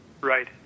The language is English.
right